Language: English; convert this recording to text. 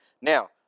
Now